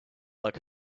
like